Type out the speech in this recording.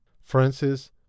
Francis